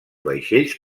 vaixells